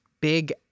big